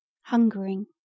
hungering